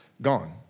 gone